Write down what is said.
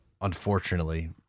unfortunately